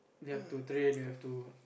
you have to train you have to